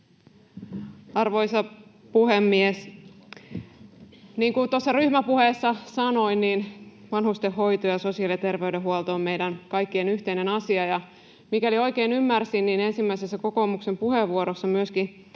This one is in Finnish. Arvoisa puhemies! Niin kuin tuossa ryhmäpuheessa sanoin, on vanhustenhoito ja sosiaali- ja terveydenhuolto meidän kaikkien yhteinen asia, ja mikäli oikein ymmärsin, ensimmäisessä kokoomuksen puheenvuorossa myöskin